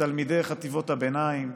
תלמידי חטיבות הביניים,